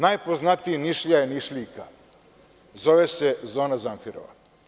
Najpoznatiji Nišlija je Nišlijka i zove se Zona Zamfirova.